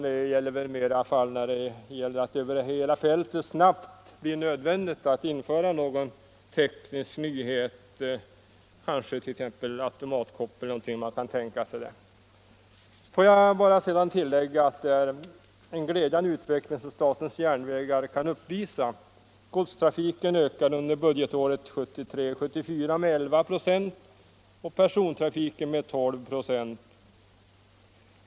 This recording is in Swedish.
Det gäller väl mera sådana fall då det blir nödvändigt att snabbt över hela fältet införa någon teknisk nyhet, t.ex. automatkoppel. Det är en glädjande utveckling som SJ kan uppvisa. Godstrafiken ökade under budgetåret 1973/74 med 11 96 och persontrafiken med 12 26.